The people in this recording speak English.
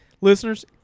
listeners